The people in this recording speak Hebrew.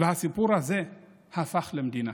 והסיפור הזה הפך למדינה,